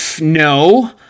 no